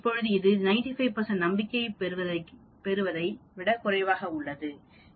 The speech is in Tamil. இப்போது இது 95 நம்பிக்கையைப் பெறுவதை விட குறைவாக இருக்க வேண்டும் இது 0